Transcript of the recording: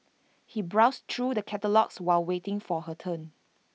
she browsed through the catalogues while waiting for her turn